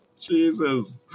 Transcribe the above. Jesus